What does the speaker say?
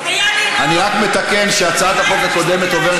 אני רק מתקן שהצעת החוק הקודמת עוברת